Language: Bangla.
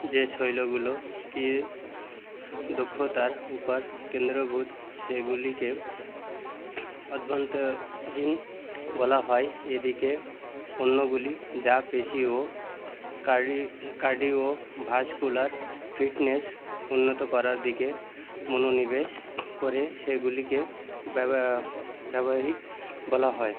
যে শৈলগুলো কি দক্ষতার উপার কেন্দ্রীভূত সেগুলিকে অভ্যন্তরীণ বলা হয় এদিকে অন্যগুলি যা পেশী ও কার্ডিও কার্ডিওভাসকুলার ফিটনেস উন্নত করার দিকে মনোনিবেশ করে সেগুলিকে ব্যব ব্যবহারিক বলা হয়